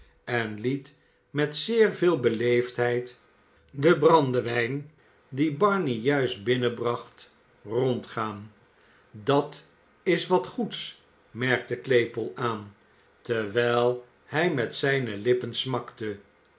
en liet met zeer veel beleefdheid den brandewijn dien barney juist binnenbracht rondgaan dat is wat goeds merkte claypole aan ter i wijl hij met zijne lippen smakte